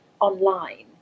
online